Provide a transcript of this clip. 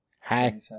Hi